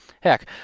Heck